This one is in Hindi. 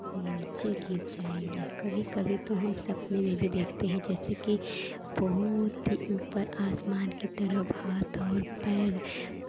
नीचे गिर जाएंगे कभी कभी तो हम सपने में भी देखते हैं जैसे कि बहुत ही ऊपर आसमान की तरफ हाथ और पैर